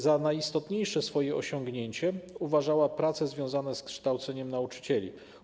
Za najistotniejsze swoje osiągnięcie uważała prace związane z kształceniem nauczycieli.